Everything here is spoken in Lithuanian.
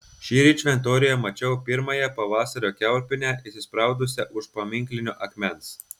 šįryt šventoriuje mačiau pirmąją pavasario kiaulpienę įsispraudusią už paminklinio akmens